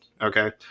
okay